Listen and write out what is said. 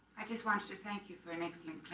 i just wanted to thank you for an excellent